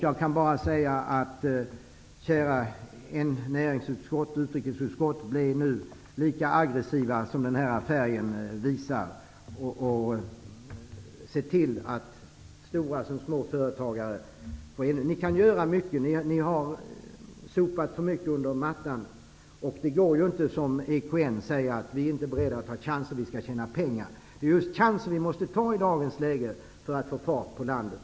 Jag kan bara uppmana de kära ledamöterna av näringsutskottet att bli lika aggressiva som färgen på betänkandet och se till att stora såväl som små företagare får det bättre. Ni kan göra mycket. Ni har sopat för mycket under mattan. Det går inte att som EKN säga att man inte är beredd att ta chanser men ändå vilja tjäna pengar. Det är just chanser vi måste ta i dagens läge för att få fart på landet.